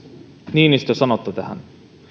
niinistö sanotte tähän